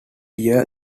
dear